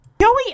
Joey